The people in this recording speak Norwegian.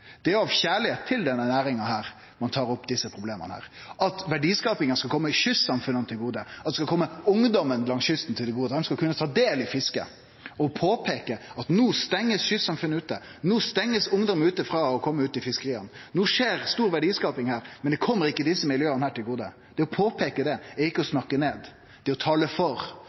Det er av kjærleik til denne næringa ein tar opp desse problema, at verdiskapinga skal kome kystsamfunna til gode, at det skal kome ungdommen langs kysten til gode, at dei skal kunne ta del i fisket. Å påpeike at no blir kystsamfunn stengde ute, no blir ungdom stengde ute frå å kome ut i fiskeria, no skjer stor verdiskaping her, men det kjem ikkje desse miljøa her til gode, er ikkje å snakke ned. Det er å tale for. Det er å tale for